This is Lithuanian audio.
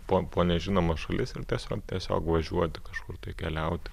po po nežinomas šalis ir tiesiog tiesiog važiuoti kažkur tai keliauti